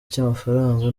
cy’amafaranga